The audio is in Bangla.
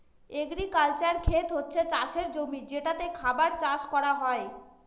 এগ্রিক্যালচারাল খেত হচ্ছে চাষের জমি যেটাতে খাবার চাষ করা হয়